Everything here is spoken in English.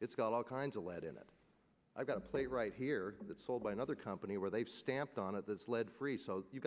it's got all kinds of lead in it i've got a plate right here that's sold by another company where they've stamped on it this lead free so you